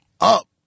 up